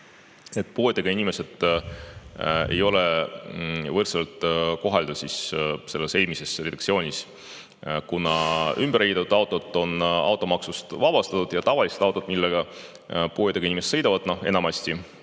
et puuetega inimesed ei olnud võrdselt koheldud eelmises redaktsioonis, kuna ümber ehitatud autod on automaksust vabastatud ja tavalised autod, millega puuetega inimesed sõidavad, enamasti